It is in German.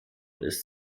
ist